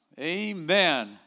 Amen